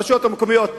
הרשויות המקומיות,